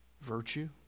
virtue